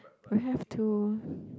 we have to